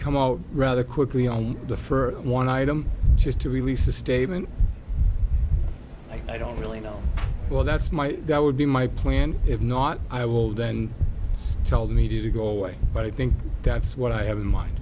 come out rather quickly on the fur one item just to release a statement i don't really know well that's my that would be my plan if not i will then tell the media to go away but i think that's what i have in mind